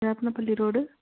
Veppanapalli road